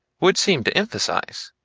would seem to emphasize.